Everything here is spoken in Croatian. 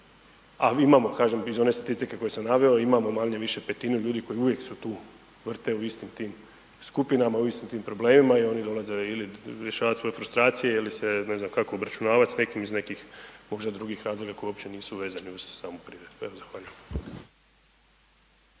a imamo kažem iz one statistike koje sam naveo, imamo manje-više petinu ljudi koji uvijek su tu, vrte u istim tim skupinama, u istim tim problemima i oni dolaze ili rješavat svoje frustracije ili se ne znam kako obračunavat s nekim iz nekih možda drugih razloga koji uopće nisu vezani uz samu priredbu, evo zahvaljujem.